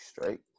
Straight